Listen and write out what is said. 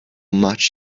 much